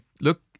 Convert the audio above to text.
look